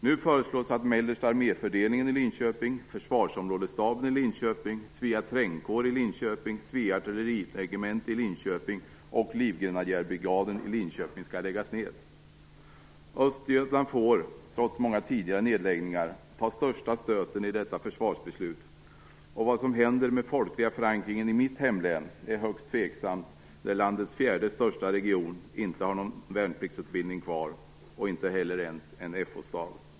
Nu föreslås att Mellersta arméfördelningen i Linköping, försvarsområdestaben i Linköping, Svea terrängkår i Trots många tidigare nedläggningar får Östergötland ta största stöten i detta försvarsbeslut. Vad som händer med den folkliga förankringen i mitt hemlän är högst tveksamt när landets fjärde största region inte har någon värnpliktsutbildning kvar och inte heller ens en FO-stab.